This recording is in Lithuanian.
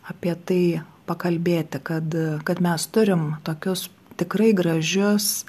apie tai pakalbėti kad kad mes turim tokius tikrai gražius